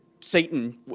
Satan